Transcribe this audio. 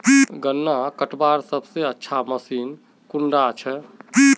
गन्ना कटवार सबसे अच्छा मशीन कुन डा छे?